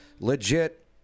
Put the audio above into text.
Legit